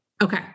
okay